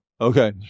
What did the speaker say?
Okay